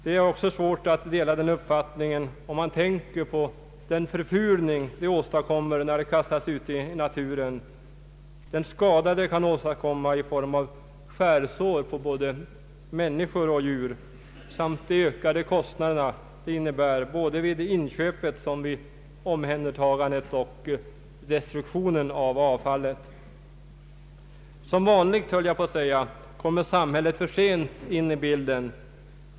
Det är också svårt att dela den uppfattningen om man tänker på den förfulning som engångsförpackningarna åstadkommer när de kastas ute i naturen, den skada de kan förorsaka i fråga om skärsår på både män niskor och djur och de ökade kostnaderna både vid inköpet och omhändertagandet och destruktionen av avfallet. Som vanligt höll jag på att säga, kommer samhället för sent in i bilden.